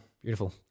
Beautiful